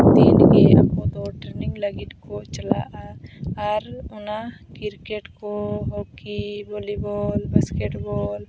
ᱫᱤᱱᱜᱮ ᱟᱠᱚ ᱫᱚ ᱴᱨᱮᱱᱤᱝ ᱞᱟᱹᱜᱤᱫ ᱠᱚ ᱪᱟᱞᱟᱜᱼᱟ ᱟᱨ ᱚᱱᱟ ᱠᱨᱤᱠᱮᱴ ᱠᱚ ᱦᱚᱠᱤ ᱵᱷᱚᱞᱤᱵᱚᱞ ᱵᱟᱥᱠᱮᱴ ᱵᱚᱞ